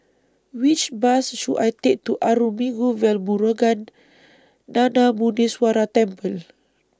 Which Bus should I Take to Arulmigu Velmurugan Gnanamuneeswarar Temple